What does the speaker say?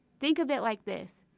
think of it like this.